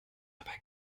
dabei